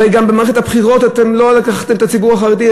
הרי גם במערכת הבחירות אתם לא לקחתם את הציבור החרדי,